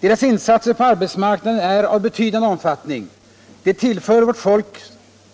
Deras insatser på arbetsmarknaden är av betydande omfattning, de tillför